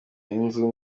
inzu